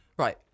Right